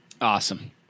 Awesome